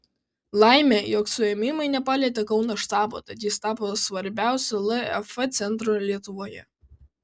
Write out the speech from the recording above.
laimė jog suėmimai nepalietė kauno štabo tad jis tapo svarbiausiu laf centru lietuvoje